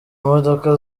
imodoka